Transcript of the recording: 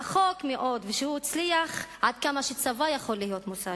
רחוק מאוד, עד כמה שצבא יכול להיות מוסרי.